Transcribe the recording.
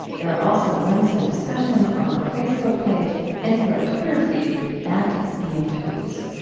there are also links and discussions on our facebook page and through our twitter feed at beingtweets